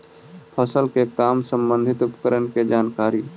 फसल के काम संबंधित उपकरण के जानकारी?